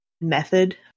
method